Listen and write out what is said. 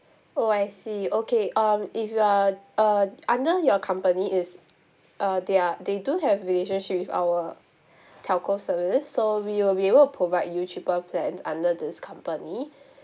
oh I see okay um if you are uh under your company is uh they are they do have relationship with our telco service so we will be able to provide you cheaper plan under this company